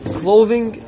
clothing